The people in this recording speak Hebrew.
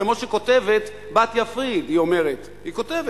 כמו שכותבת בתיה פריד, היא אומרת, היא כותבת